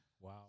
Wow